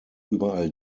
überall